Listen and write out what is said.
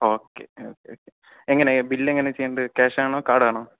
ഒക്കെ okay okay എങ്ങനെയാണ് ബില്ലെങ്ങനെ ചെയ്യണ്ടത് ക്യാഷാണോ കാർഡാണോ